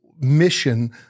mission